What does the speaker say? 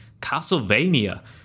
Castlevania